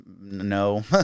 no